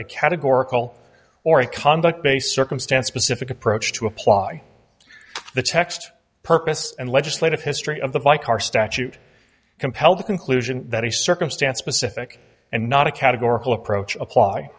a categorical or a conduct based circumstance specific approach to apply the text purpose and legislative history of the by car statute compel the conclusion that the circumstance specific and not a categorical approach apply